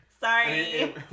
Sorry